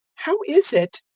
how is it,